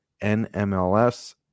NMLS